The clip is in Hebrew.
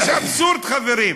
יש אבסורד, חברים: